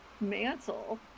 mantle